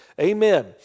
Amen